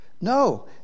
No